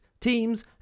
teams